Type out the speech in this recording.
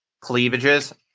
cleavages